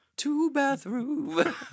Two-bathroom